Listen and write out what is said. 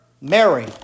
Mary